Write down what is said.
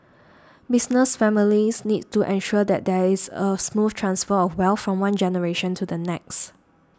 business families need to ensure that there is a smooth transfer of wealth from one generation to the next